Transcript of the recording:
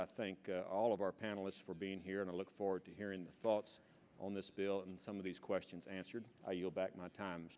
i thank all of our panelists for being here and i look forward to hearing the thoughts on this bill and some of these questions answered you'll back my time